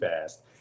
fast